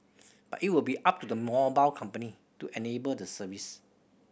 but it will be up to the mobile company to enable the service